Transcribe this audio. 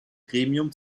gremium